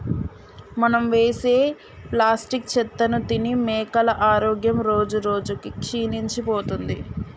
మనం వేసే ప్లాస్టిక్ చెత్తను తిని మేకల ఆరోగ్యం రోజురోజుకి క్షీణించిపోతుంది